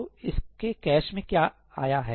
तो इसके कैश में क्या आया है